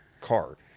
car